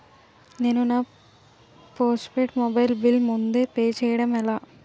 నేను నా postpaid mobile bill ముందే పే చేయడం ఎలా?